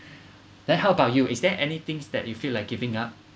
then how about you is there any things that you feel like giving up